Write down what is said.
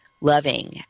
loving